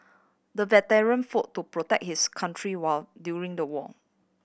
the veteran fought to protect his country war during the war